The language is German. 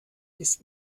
ist